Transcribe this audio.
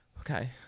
okay